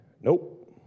Nope